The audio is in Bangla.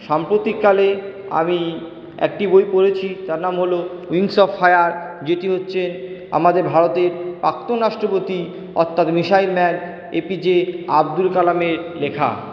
সম্প্রতিককালে আমি একটি বই পড়েছি তার নাম হল উইংস অফ ফায়ার যেটি হচ্ছে আমাদের ভারতের প্রাক্তন রাষ্ট্রপতি অর্থাৎ missile man A P J Abdul কালামের লেখা